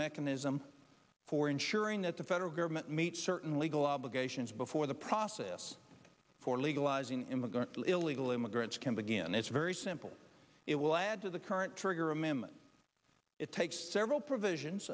mechanism for ensuring that the federal government meets certain legal obligations before the process for legalizing immigrant illegal immigrants can begin its very simple it will add to the current trigger a minimum it takes several provisions